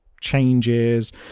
changes